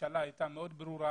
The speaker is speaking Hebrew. מהממשלה הייתה מאוד ברורה,